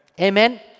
Amen